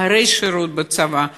אחרי שירות בצבא,